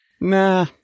nah